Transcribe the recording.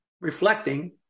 reflecting